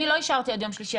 אני לא אישרתי עד יום שלישי,